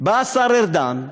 בא השר ארדן,